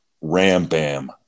ram-bam